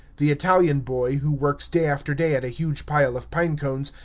the italian boy, who works day after day at a huge pile of pine-cones,